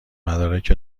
مدارک